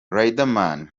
riderman